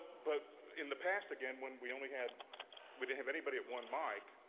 but in the past, again, when we only had we didn't have anybody at one mic,